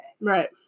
Right